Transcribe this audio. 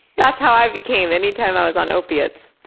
that's how i became anytime i was on opiates.